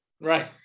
Right